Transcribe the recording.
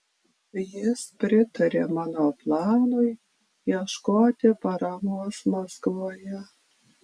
jis pritarė mano planui ieškoti paramos maskvoje